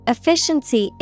Efficiency